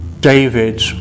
David